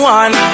one